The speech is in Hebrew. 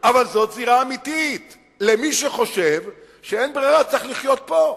אבל זו זירה אמיתית למי שחושב שאין ברירה ושצריך לחיות פה.